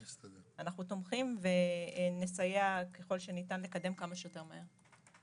אנחנו תומכים ונסייע ככל שניתן לקדם כמה שיותר מהר.